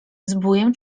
zbójem